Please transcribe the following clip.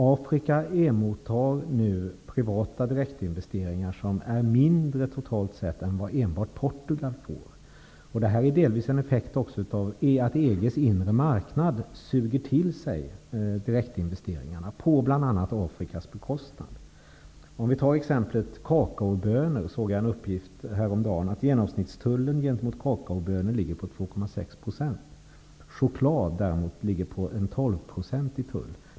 Afrika emottar nu privata direktinvesteringar som totalt sett är mindre än vad enbart Portugal får. Detta är också delvis en effekt av att EG:s inre marknad suger till sig direktinvesteringarna, på bl.a. Afrikas bekostnad. Jag såg exempelvis häromdagen en uppgift på att genomsnittstullen för kakaobönor ligger på 2,6 %. Tullen för choklad är däremot 12 %.